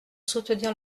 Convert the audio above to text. soutenir